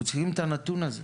אנחנו צריכים את הנתון הזה.